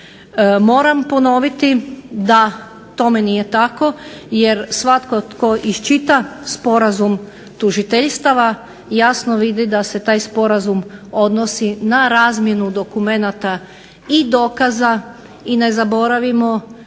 Moram ponoviti da tome nije tako, jer svatko tko iščita sporazum tužiteljstava jasno vidi da se taj sporazum odnosi na razmjenu dokumenta i dokaza. I ne zaboravimo